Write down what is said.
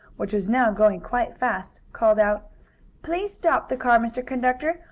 which was now going quite fast, called out please stop the car, mr. conductor.